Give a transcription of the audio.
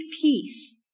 peace